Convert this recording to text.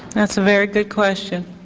that's a very good question.